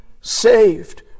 saved